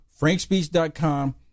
FrankSpeech.com